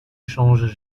changent